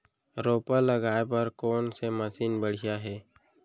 रोपा लगाए बर कोन से मशीन बढ़िया हे?